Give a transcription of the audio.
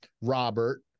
Robert